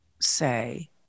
say